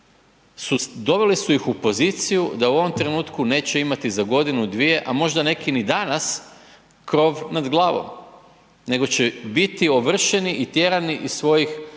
doveli su ih u poziciju da u ovom trenutku neće imati za godinu dvije, a možda neki ni danas, krov nad glavom, nego će biti ovršeni i tjerani iz svojih,